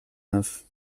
neuf